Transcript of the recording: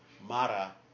Mara